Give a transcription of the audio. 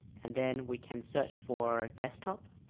and then we can search for desktop